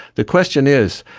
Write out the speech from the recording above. the question is,